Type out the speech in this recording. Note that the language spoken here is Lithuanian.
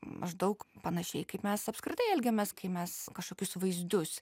maždaug panašiai kaip mes apskritai elgiamės kai mes kažkokius vaizdus